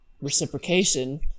reciprocation